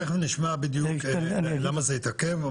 תיכף נשמע בדיוק למה זה התעכב,